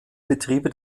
betriebe